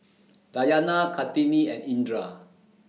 Dayana Kartini and Indra